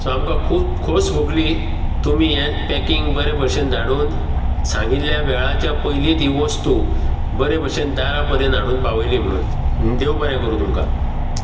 so आमकां खूब खोस भोगली तुमी हें पैकींग अशें भशेन धाडून सांगिल्ल्या वेळाच्या पयलीत ही वस्तू बरें भशेन दारा पर्यंत हाडून पावयली म्हणून देव बरें करूं तुमकां